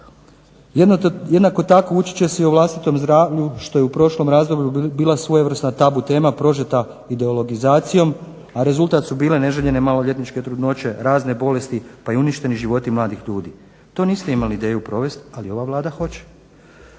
Jednako tako učit će se i o vlastitom zdravlju što je u prošlom razdoblju bila svojevrsna tabu tema prožeta ideologizacijom, a rezultat su bile neželjene maloljetničke trudnoće, razne bolesti pa i uništeni životi mladih ljudi. To niste imali ideju provest, ali ova Vlada hoće.